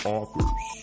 authors